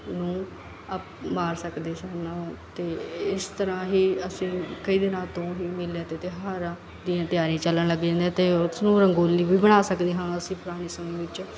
ਨੂੰ ਅ ਮਾਰ ਸਕਦੇ ਸਨ ਉਹ ਅਤੇ ਇਸ ਤਰ੍ਹਾਂ ਹੀ ਅਸੀਂ ਕਈ ਦਿਨਾਂ ਤੋਂ ਹੀ ਮੇਲਿਆਂ ਅਤੇ ਤਿਉਹਾਰਾਂ ਦੀਆਂ ਤਿਆਰੀਆਂ ਚੱਲਣ ਲੱਗ ਜਾਂਦੀਆਂ ਅਤੇ ਉਸਨੂੰ ਰੰਗੋਲੀ ਵੀ ਬਣਾ ਸਕਦੇ ਹਾਂ ਅਸੀਂ ਪੁਰਾਣੇ ਸਮੇਂ ਵਿੱਚ